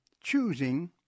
choosing